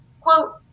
quote